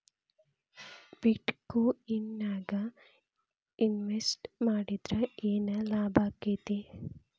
ಬಿಟ್ ಕೊಇನ್ ನ್ಯಾಗ್ ಇನ್ವೆಸ್ಟ್ ಮಾಡಿದ್ರ ಯೆನ್ ಲಾಭಾಕ್ಕೆತಿ?